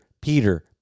peter